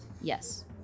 Yes